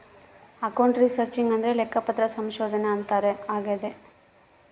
account researching ಅಂದ್ರೆ ಲೆಕ್ಕಪತ್ರ ಸಂಶೋಧನೆ ಅಂತಾರ ಆಗ್ಯದ